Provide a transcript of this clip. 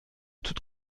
toute